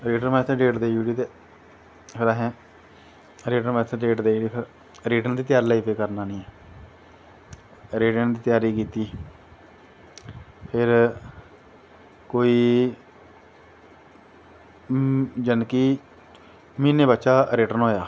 written आस्तै date देई ओड़ी ते फिर असैं रिटन आस्तै डेट देई ओड़ी फिर रिटन दी तैयारी करन लगी पे आनियैं रिटन दी तैयारी कीती फिर कोई जानि के महीनें बाद च रिटन होया